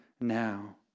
now